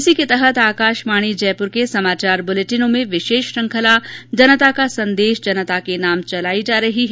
इसी के तहत आकाशवाणी जयपुर के समाचार बुलेटिनों में विशेष श्रृंखला जनता का संदेश जनता के नाम चलाई जा रही है